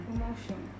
emotion